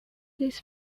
this